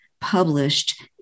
published